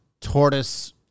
tortoise